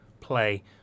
play